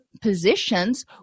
positions